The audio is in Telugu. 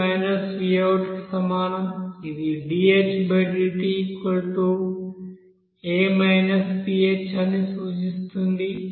కి సమానం ఇది dhdta bh అని సూచిస్తుంది ఎందుకు